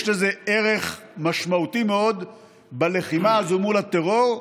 יש לזה ערך משמעותי מאוד בלחימה הזו מול הטרור.